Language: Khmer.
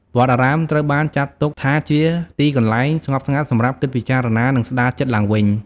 វត្តអារាមត្រូវបានចាត់ទុកថាជាទីកន្លែងស្ងប់ស្ងាត់សម្រាប់គិតពិចារណា និងស្ដារចិត្តឡើងវិញ។